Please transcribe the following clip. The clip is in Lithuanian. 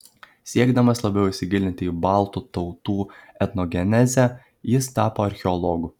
siekdamas labiau įsigilinti į baltų tautų etnogenezę jis tapo archeologu